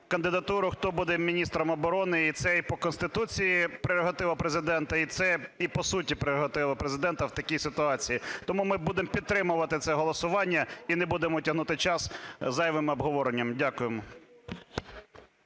хто буде міністром оборони, це і по Конституції прерогатива Президента, це і по суті прерогатива Президента в такій ситуації. Тому ми будемо підтримувати це голосування і не будемо тягнути час зайвим обговоренням. Дякуємо.